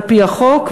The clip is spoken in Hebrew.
על-פי החוק,